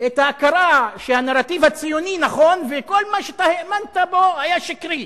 את ההכרה שהנרטיב הציוני נכון וכל מה שאתה האמנת בו היה שקרי.